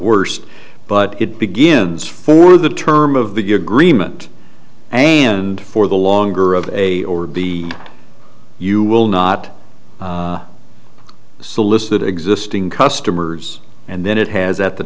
worst but it begins for the term of the agreement and for the longer of a or b you will not solicit existing customers and then it has at the